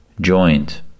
joined